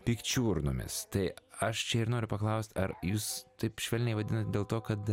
pikčiurnomis tai aš čia ir noriu paklaust ar jūs taip švelniai vadinat dėl to kad